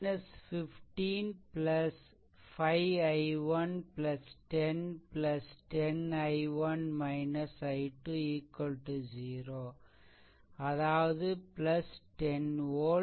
15 5 i1 10 10 i1 i2 0 அதாவது 10 volt